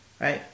right